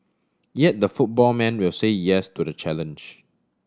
yet the football man will say yes to the challenge